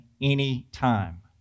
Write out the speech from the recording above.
anytime